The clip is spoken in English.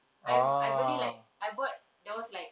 I I beli like I bought there was like